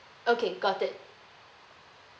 okay got it